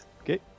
Okay